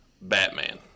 Batman